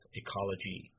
ecology